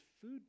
food